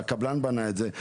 והקבלן בנה את זה,